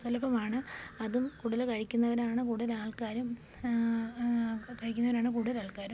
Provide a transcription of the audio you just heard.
സുലഭമാണ് അതും കൂടുതല് കഴിക്കുന്നവരാണ് കൂടുതലാൾക്കാരും കഴിക്കുന്നവരാണ് കൂടുതലാൾക്കാരും